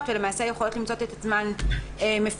ולמעשה יכולות למצוא את עצמן מפוטרות.